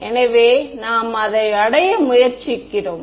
எனவே நாம் அதை அடைய முயற்சிக்கிறோம்